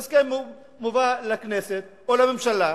ההסכם מובא לכנסת או לממשלה,